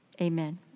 Amen